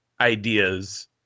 ideas